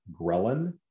ghrelin